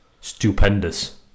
stupendous